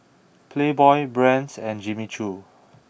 Playboy Brand's and Jimmy Choo